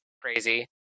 crazy